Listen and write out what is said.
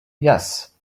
yes